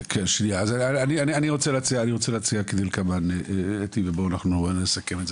אני רוצה להציע כדלקמן, ובואו אנחנו נסכם את זה.